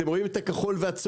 אתם רואים את הכחול והצהוב,